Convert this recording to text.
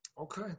Okay